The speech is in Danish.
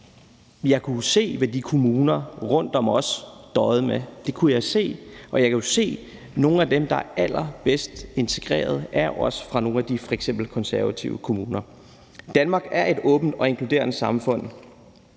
jeg kunne jo se, hvad de kommuner rundtom os døjede med, og jeg kan jo f.eks. også se, at nogle af dem, der er allerbedst integreret, er fra nogle af de konservative kommuner. Danmark er et åbent og inkluderende samfund,